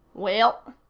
well,